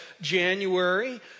January